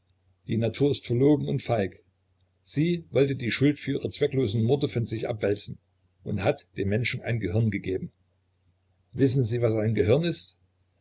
die natur ist verlogen und feig sie wollte die schuld für ihre zwecklosen morde von sich abwälzen und hat dem menschen ein gehirn gegeben wissen sie was ein gehirn ist